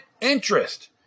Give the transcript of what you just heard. interest